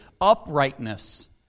uprightness